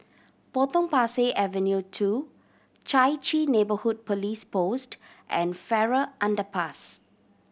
Potong Pasir Avenue Two Chai Chee Neighbourhood Police Post and Farrer Underpass